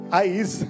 eyes